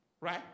Right